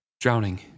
Drowning